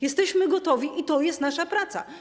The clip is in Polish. Jesteśmy gotowi, i to jest nasza praca.